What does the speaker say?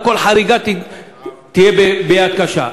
על כל חריגה תהיה יד קשה,